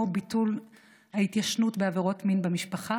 לקדם מהלכים כמו ביטול ההתיישנות בעבירות מין במשפחה